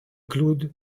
cloud